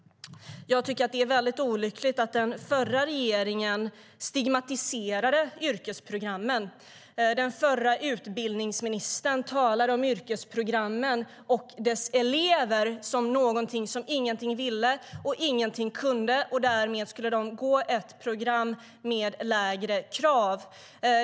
Jag tycker att det är väldigt olyckligt att den förra regeringen stigmatiserade yrkesprogrammen. Den förra utbildningsministern talade om yrkesprogrammens elever som några som ingenting ville och ingenting kunde. Därmed skulle de gå ett program med lägre krav.